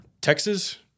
Texas